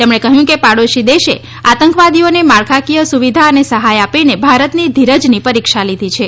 તેમણે કહ્યું કે પોડાશી દેશે આતંકવાદીઓને માળખાકીય સુવિધા અને સહાય આપીને ભારતના ધીરજની પરીક્ષા લીધી છે